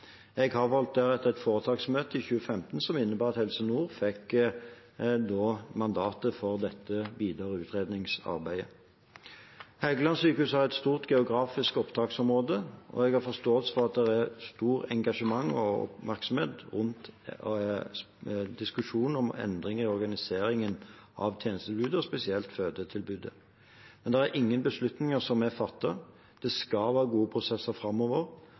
Jeg avholdt deretter et foretaksmøte i 2015, som innebar at Helse Nord fikk mandatet for det videre utredningsarbeidet. Helgelandssykehuset har et stort geografisk opptaksområde. Jeg har forståelse for at det er stort engasjement og oppmerksomhet rundt diskusjonen om endring i organiseringen av tjenestetilbudet, spesielt fødetilbudet, men det er ingen beslutninger som er fattet. Det skal være gode prosesser framover.